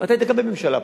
גם אתה היית בממשלה פעם,